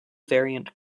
variant